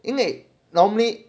因为 normally